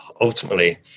ultimately